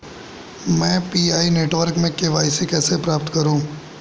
मैं Pi network में KYC कैसे प्राप्त करूँ?